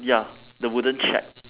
ya the wooden shack